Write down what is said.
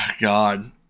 God